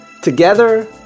Together